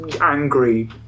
angry